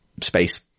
space